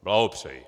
Blahopřeji!